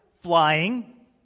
flying